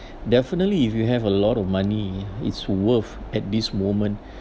definitely if you have a lot of money it's worth at this moment